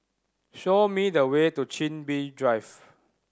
show me the way to Chin Bee Drive